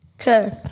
Okay